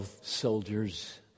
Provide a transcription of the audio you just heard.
soldiers